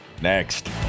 Next